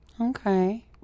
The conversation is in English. okay